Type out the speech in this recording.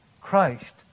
Christ